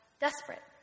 desperate